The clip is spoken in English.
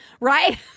Right